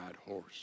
horse